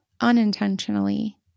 unintentionally